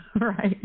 right